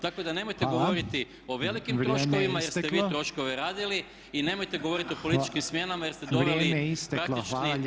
Tako da nemojte [[Upadica: Hvala.]] govoriti o velikim troškovima [[Upadica: Vrijeme je isteklo.]] jer ste vi troškove radili i nemojte govoriti o političkim smjenama jer ste doveli